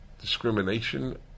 Discrimination